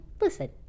listen